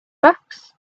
books